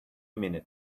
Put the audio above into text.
minute